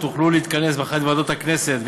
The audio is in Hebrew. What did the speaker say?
תוכלו להתכנס באחת מוועדות הכנסת,